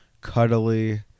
cuddly